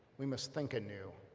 we must think anew,